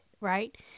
Right